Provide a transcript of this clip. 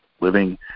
living